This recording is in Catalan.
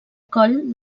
coll